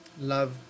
love